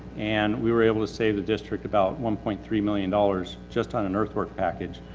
and we were able to save the district about one point three million dollars just on an earthwork package,